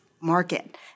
market